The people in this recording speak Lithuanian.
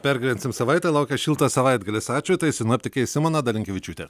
pergyvensim savaitę laukia šiltas savaitgalis ačiū tai sinoptikė simona dalinkevičiūtė